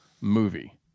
movie